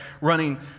running